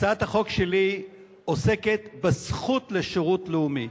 הצעת החוק שלי עוסקת בזכות לשירות לאומי.